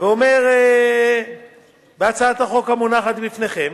ואומר בהצעת החוק המונחת בפניכם